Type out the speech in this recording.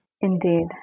Indeed